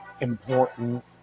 important